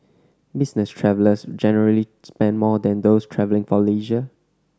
business travellers generally spend more than those travelling for leisure